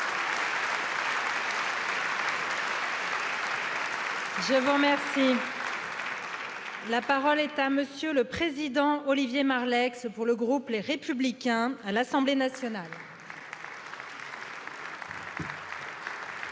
Je vous remercie La parole est à M. le président Olivier Marleix, pour le groupe Les Républicains à l'assemblée nationale.